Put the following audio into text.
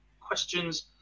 questions